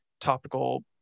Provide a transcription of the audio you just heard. topical